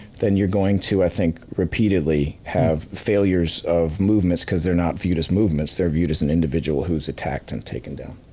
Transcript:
then you're going to, i think, repeatedly have failures of movements because they're not viewed as movements, they're viewed as an individual who's attacked and taken down.